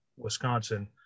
wisconsin